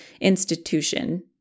institution